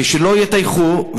שלא יטייחו,